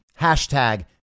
hashtag